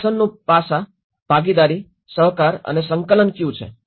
શાસનનું પાસા ભાગીદારી સહકાર અને સંકલન કયું છે